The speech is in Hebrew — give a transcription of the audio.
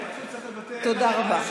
תודה רבה.